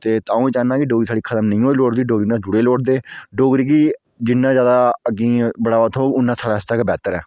ते अ'ऊ चाह्न्नां कि डोगरी साढ़ी खत्म नेईं होई लोड़दी ते एह्दे कन्नै लोग जुड़े लोड़दे जिन्ना जैदा अग्गें गी बढ़ावा थ्होग उन्ना गै थुआढ़े आस्तै बैह्तर ऐ